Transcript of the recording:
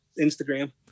Instagram